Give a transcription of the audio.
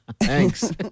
thanks